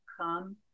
come